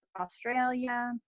Australia